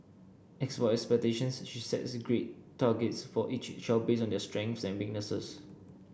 as for expectations she sets grade targets for each child based on their strengths and weaknesses